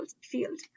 field